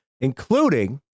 including